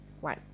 One